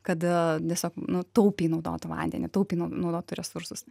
kad a tiesiog nu taupiai naudotų vandenį tauiai naudotų resursus